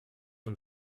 und